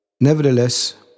Nevertheless